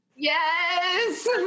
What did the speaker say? Yes